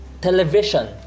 television